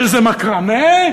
שזה מקרמה?